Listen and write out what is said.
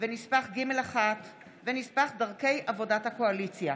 נספח ג'1 ונספח דרכי עבודת הקואליציה,